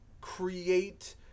create